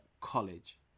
college